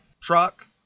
truck